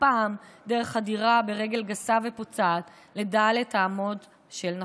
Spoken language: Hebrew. והפעם דרך חדירה ברגל גסה ופוצעת לד' האמות של נפשכם.